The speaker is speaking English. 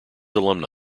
alumni